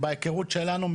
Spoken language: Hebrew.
בהיכרות שלנו,